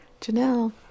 Janelle